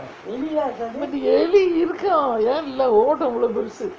but எலி இருக்கும் ஏன் இல்லே ஓடும் இவ்ளோ பெருசு:eli irukkum yaen illae odum ivlo perusu